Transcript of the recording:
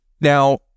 Now